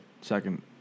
second